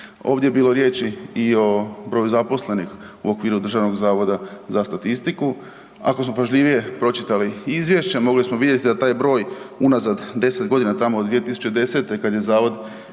Ovdje je bilo riječi i o broju zaposlenih u okviru DZS-a. Ako smo pažljivije pročitali izvješće, mogli smo vidjeti da taj broj unazad 10 godina, tamo od 2010. kad je Zavod